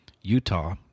Utah